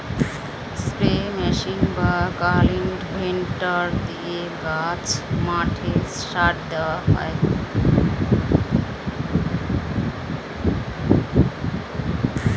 spray machine বা cultivator দিয়ে গাছে, মাঠে সার দেওয়া হয়